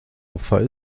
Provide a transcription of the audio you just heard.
opfer